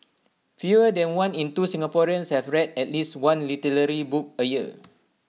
fewer than one in two Singaporeans have read at least one literary book A year